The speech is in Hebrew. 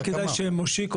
כדאי שמושיקו